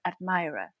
admirer